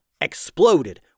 exploded